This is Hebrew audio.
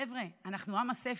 חבר'ה, אנחנו עם הספר.